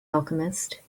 alchemist